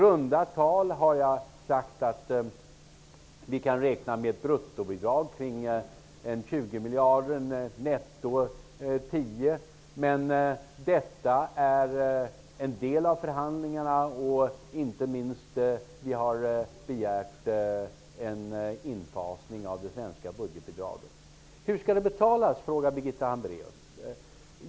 Jag har sagt att vi kan räkna med ett bruttobidrag kring i runda tal 20 miljarder, netto 10 miljarder, men detta är en del av förhandlingarna, och vi har -- inte minst -- begärt en infasning av det svenska budgetbidraget. Hur skall det betalas? frågade Birgitta Hambraeus.